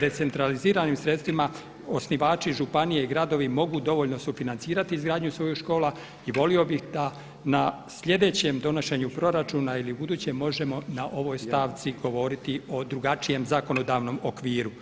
decentraliziranim sredstvima osnivači županije i gradovi mogu dovoljno sufinancirati izgradnju svojih škola i volio bi da na slijedećem donošenju proračuna ili ubuduće možemo na ovoj stavci govoriti o drugačijem zakonodavnom okviru.